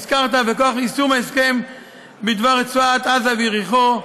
שהזכרת, ומכוח יישום ההסכם בדבר רצועת עזה ויריחו,